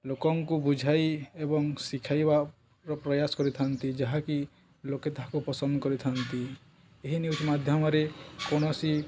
ଲୋକଙ୍କୁ ବୁଝାଇ ଏବଂ ଶିଖାଇବାର ପ୍ରୟାସ କରିଥାନ୍ତି ଯାହାକି ଲୋକେ ତାହାକୁ ପସନ୍ଦ କରିଥାନ୍ତି ଏହି ନ୍ୟୁଜ୍ ମାଧ୍ୟମରେ କୌଣସି